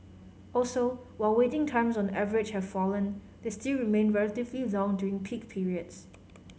also while waiting times on average have fallen they still remain relatively long during peak periods